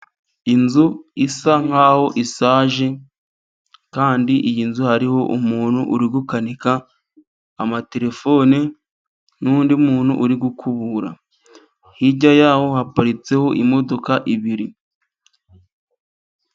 Inzu isa nkaho ishaje, kandi iyi nzu hariho umuntu uri gukanika amatelefone n'undi muntu uri gukubura, hirya yaho haparitseho imodoka ebyiri.